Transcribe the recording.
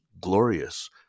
glorious